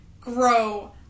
Grow